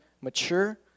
mature